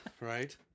right